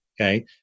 Okay